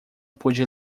pude